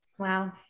Wow